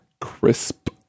Crisp